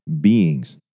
beings